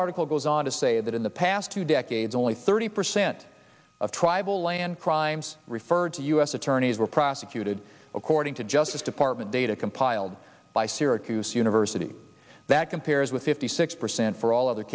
article goes on to say that in the past two decades only thirty percent of tribal land crimes referred to u s attorneys were prosecuted according to justice department data compiled by syracuse university that compares with fifty six percent for all other